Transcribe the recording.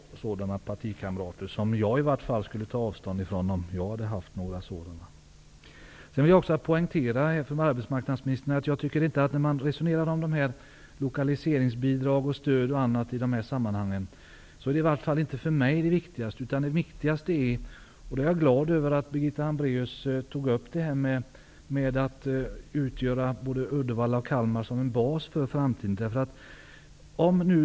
En sådan partikamrat skulle i vart fall jag ta avstånd ifrån, om jag hade någon som uttalade sig på det sättet. Sedan vill jag poängtera för arbetsmarknadsministern att lokaliseringsbidrag och stöd inte är det viktigaste, åtminstone inte för mig. Jag är glad över att Birgitta Hambraeus talade om att både Uddevalla och Kalmar borde kunna utgöra en bas för framtiden.